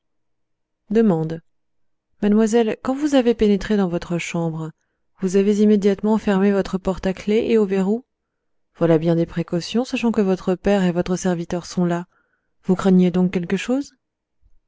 mademoiselle quand vous avez pénétré dans votre chambre vous avez immédiatement fermé votre porte à clef et au verrou voilà bien des précautions sachant que votre père et votre serviteur sont là que craigniez vous